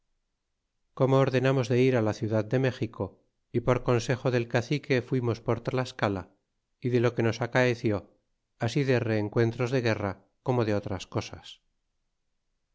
como ordenamos de ir á la ciudad de méxico y por consejo del cacique fuimos por tlascala y de lo que nos acaeció así de rencuentros de guerra como de otras cosas